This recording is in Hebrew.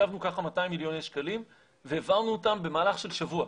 תקצבנו ככה 200 מיליוני שקלים והעברנו אותם במהלך של שבוע.